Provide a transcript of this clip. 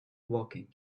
woking